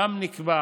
ושם נקבע